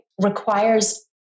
requires